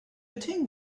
think